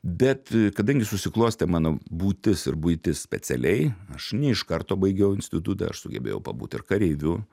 bet kadangi susiklostė mano būtis ir buitis specialiai aš ne iš karto baigiau institutą aš sugebėjau pabūt ir kareiviu